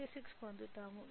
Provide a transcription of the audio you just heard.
96 పొందుతాము